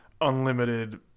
unlimited